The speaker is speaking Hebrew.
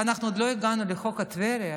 ואנחנו עוד לא הגענו לחוק טבריה,